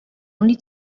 only